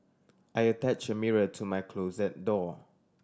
I attach a mirror to my closet door